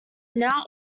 now